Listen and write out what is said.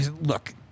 look